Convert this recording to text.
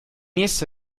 essa